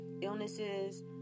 illnesses